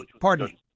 pardon